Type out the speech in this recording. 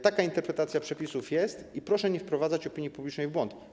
Taka jest interpretacja przepisów i proszę nie wprowadzać opinii publicznej w błąd.